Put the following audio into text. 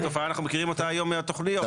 את התופעה אנחנו מכירים היום מהתוכניות.